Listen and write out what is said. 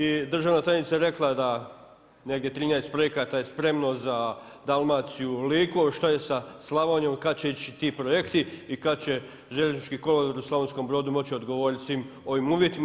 I državna tajnica je rekla da negdje 13 projekata je spremno za Dalmaciju i Liku, a što je sa Slavonijom, kada će ići ti projekti i kada će željeznički kolodvor u Slavonskom Brodu može odgovoriti svim ovim uvjetima.